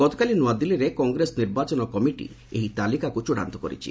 ଗତକାଲି ନୂଆଦିଲ୍ଲୀରେ କଂଗ୍ରେସ ନିର୍ବାଚନ କମିଟି ଏହି ତାଲିକାକୁ ଚୂଡ଼ାନ୍ତ କରିଛି